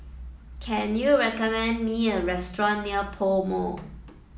can you recommend me a restaurant near PoMo